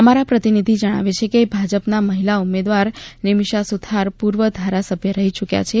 અમારા પ્રતિનિધિ જણાવે છે કે ભાજપના મહિલા ઉમેદવાર નિમિષા સુથાર પૂર્વ ધારાસભ્ય રહી યૂક્યા છે